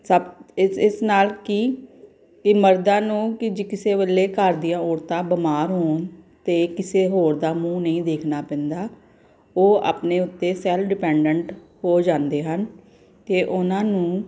ਸਭ ਇਸ ਇਸ ਨਾਲ ਕਿ ਇਹ ਮਰਦਾਂ ਨੂੰ ਕਿ ਜੇ ਕਿਸੇ ਵੇਲੇ ਘਰ ਦੀਆਂ ਔਰਤਾਂ ਬਿਮਾਰ ਹੋਣ ਤਾਂ ਕਿਸੇ ਹੋਰ ਦਾ ਮੂੰਹ ਨਹੀਂ ਦੇਖਣਾ ਪੈਂਦਾ ਉਹ ਆਪਣੇ ਉੱਤੇ ਸੈਲਫ ਡਿਪੈਂਡੈਂਟ ਹੋ ਜਾਂਦੇ ਹਨ ਅਤੇ ਉਹਨਾ ਨੂੰ